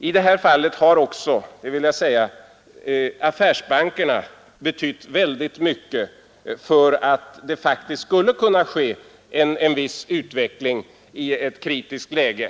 I detta sammanhang har också — det vill jag framhålla — affärsbankerna betytt oerhört mycket för möjligheterna att vidmakthålla en viss utveckling i ett kritiskt läge.